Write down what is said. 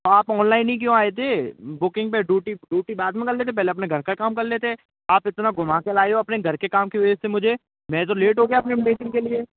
तो आप ओनलाइन ही क्यों आए थे बुकिंग पे डूटी डूटी बाद में कर लेते पहले अपना घर का काम कर लेते आप इतना घुमाके लाए हो अपने घर के काम के वजह से मुझे में तो लेट हो गया अपने के लिए